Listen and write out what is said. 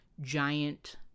giant